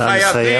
נא לסיים.